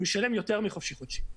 הוא ישלם יותר מחופשי חודשי.